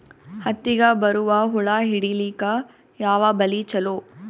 ಹತ್ತಿಗ ಬರುವ ಹುಳ ಹಿಡೀಲಿಕ ಯಾವ ಬಲಿ ಚಲೋ?